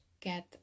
get